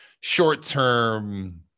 short-term